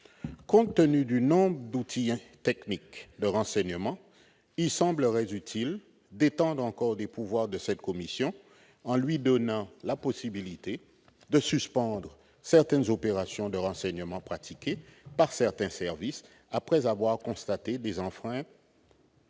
Compte tenu du nombre d'outils techniques de renseignement, il semblerait utile d'étendre encore les pouvoirs de cette commission en lui donnant la possibilité de suspendre certaines opérations de renseignement pratiquées par certains services après avoir constaté des enfreintes